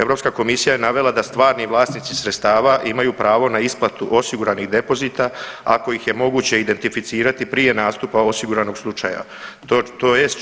Europska komisija je navela da stvari vlasnici sredstava imaju pravo na isplatu osiguranih depozita ako ih je moguće identificirati prije nastupa osiguranog slučaja tj.